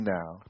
now